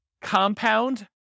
compound